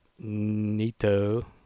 Nito